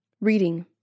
Reading